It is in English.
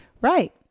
Right